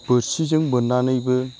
बोरसिजों बोननानैबो